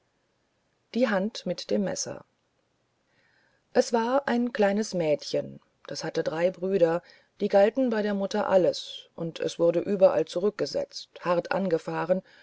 die hand mit dem messer es war ein kleines mädchen das hatte drei brüder die galten bei der mutter alles und es wurde überall zurückgesetzt hart angefahren